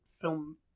film